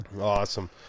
awesome